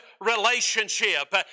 relationship